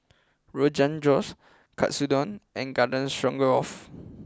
Rogan Josh Katsudon and Garden Stroganoff